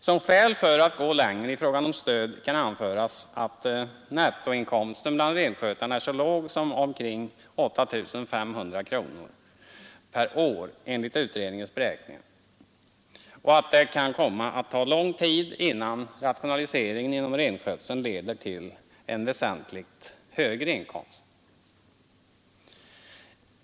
Som skäl för att man skall gå längre i fråga om stöd kan anföras att nettoinkomsten bland renskötarna är så låg som omkring 8 500 kronor per år enligt utredningens beräkningar och att det kan komma att ta lång tid innan rationaliseringen inom renskötseln leder till en väsentligt högre inkomst.